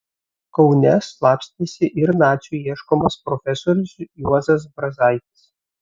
kaune slapstėsi ir nacių ieškomas profesorius juozas brazaitis